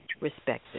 respected